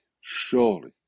surely